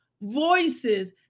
voices